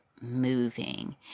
moving